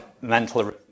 mental